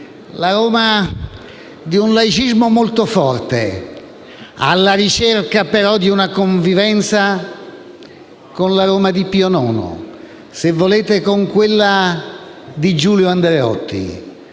la Roma di un laicismo molto forte, alla ricerca però di una convivenza con la Roma di Pio IX, se volete con quella di Giulio Andreotti.